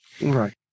Right